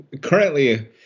currently